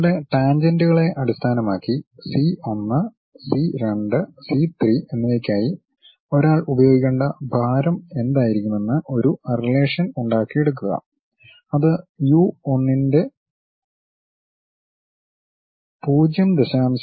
നിങ്ങളുടെ ടാൻജെന്റുകളെ അടിസ്ഥാനമാക്കി സി 1 സി 2 സി 3 എന്നിവയ്ക്കായി ഒരാൾ ഉപയോഗിക്കേണ്ട ഭാരം എന്തായിരിക്കുമെന്ന് ഒരു റിലേഷൻ ഉണ്ടാക്കി എടുക്കുക അത് യു 1 ന്റെ 0